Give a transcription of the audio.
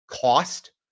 cost